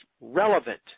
relevant